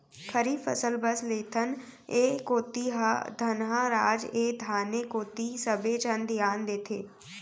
खरीफ फसल बस लेथन, ए कोती ह धनहा राज ए धाने कोती सबे झन धियान देथे